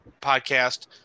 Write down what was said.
podcast